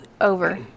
over